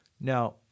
Now